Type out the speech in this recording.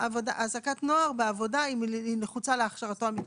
העסקת נוער אם היא נחוצה להכשרתו המקצועית.